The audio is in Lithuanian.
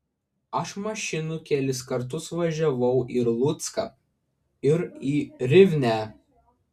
aš mašinų kelis kartus važiavau ir lucką ir į rivnę